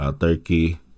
turkey